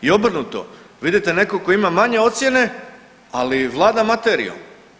I obrnuto vidite nekog tko ima manje ocjene, ali vlada materijom.